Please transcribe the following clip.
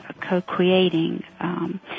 Co-creating